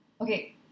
Okay